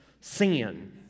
Sin